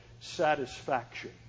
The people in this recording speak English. satisfaction